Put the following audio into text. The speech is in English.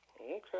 Okay